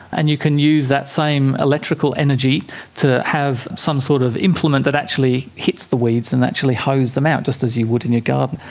and you can use that same electrical energy to have some sort of implement that actually hits the weeds and hoes them out, just as you would in your garden.